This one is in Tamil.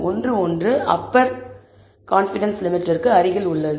ஒன்று அப்பர் கான்ஃபிடன்ஸ் லிமிட்டிற்கு அருகில் உள்ளது